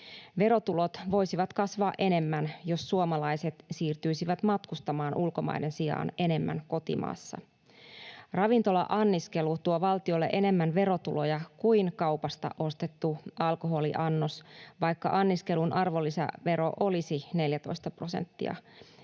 Verotulot voisivat kasvaa enemmän, jos suomalaiset siirtyisivät matkustamaan ulkomaiden sijaan enemmän kotimaassa. Ravintola-anniskelu tuo valtiolle enemmän verotuloja kuin kaupasta ostettu alkoholiannos, vaikka anniskelun arvonlisävero olisi 14 prosenttia.